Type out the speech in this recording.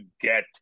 get